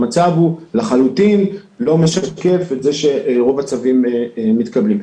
המצב לחלוטין לא משקף את זה שרוב הצווים מתקבלים.